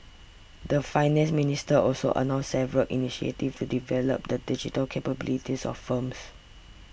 the Finance Minister also announced several initiatives to develop the digital capabilities of firms